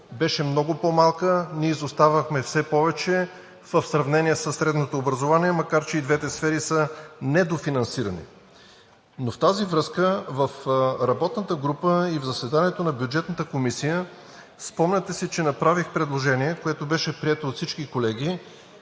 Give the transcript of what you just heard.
беше много по-малка. Ние изоставахме все повече в сравнение със средното образование, макар че и двете сфери са недофинансирани. В тази връзка в работната група и в заседанието на Бюджетната комисия, спомняте си, направих предложение, което беше прието от всички колеги